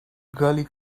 gully